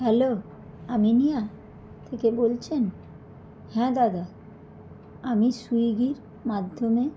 hello Aminia থেকে বলছেন হ্যাঁ দাদা আমি স্যুইগির মাধ্যমে